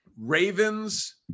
Ravens